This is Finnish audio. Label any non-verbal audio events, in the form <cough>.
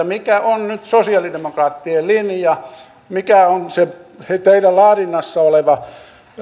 <unintelligible> mikä on nyt sosialidemokraattien linja mikä on se teidän laadinnassanne oleva